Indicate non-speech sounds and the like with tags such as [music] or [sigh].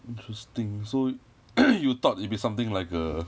interesting so [noise] you thought it'd be something like a